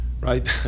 right